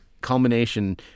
culmination